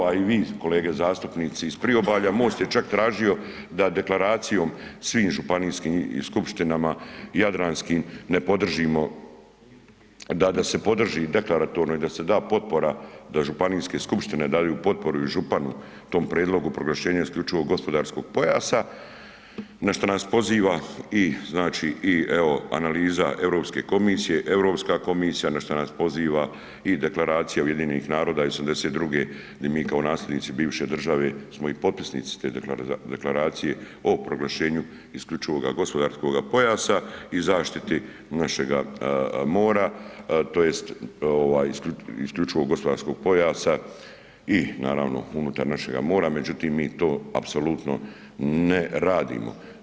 A i vi kolege zastupnici iz Priobalja, MOST je čak tražio da deklaracijom svim županijskim skupštinama jadranskim ne podržimo da se podrži deklatorno i da se da potpora da županijske skupštine daju potporu i županu tom prijedlogu proglašenja isključivo gospodarskog pojasa, na što nas poziva i analiza Europske komisije, Europska komisija na šta nas poziva i Deklaracija UN iz '82. gdje mi kao nasljednici bivše države smo i potpisnici te Deklaracije o proglašenju isključivoga gospodarskoga pojasa i zaštiti našega mora tj. isključivo gospodarskog pojasa i naravno unutar našega mora, međutim, mi to apsolutno ne radimo.